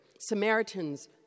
Samaritans